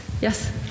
Yes